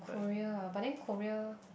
Korea ah but then Korea